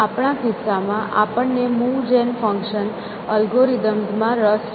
આપણા કિસ્સામાં આપણને મૂવ જેન ફંક્શન એલ્ગોરિધમ્સ માં રસ છે